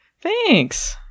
Thanks